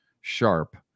sharp